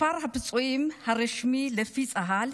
לפי צה"ל,